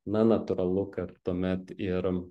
na natūralu kad tuomet ir